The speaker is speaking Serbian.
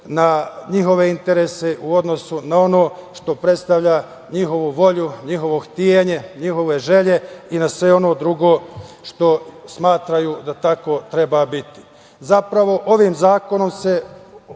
na njihove interese, u odnosu na ono što predstavlja njihovu volju, njihove htenje, njihove želje i na sve ono drugo što smatraju da tako treba biti. Zapravo ovim zakonom se